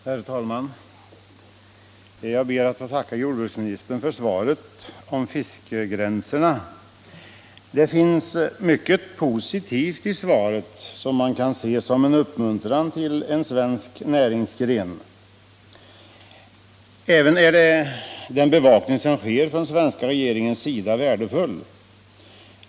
Herr talman! Jag ber att få tacka jordbruksministern för svaret. Det innehåller mycket som är positivt och som kan inge de svenska fiskarna förhoppningar. Likaså är den svenska regeringens bevakning av frågorna om fiskegränserna värdefull.